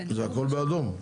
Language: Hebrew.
זה הכול באדום.